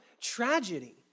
tragedy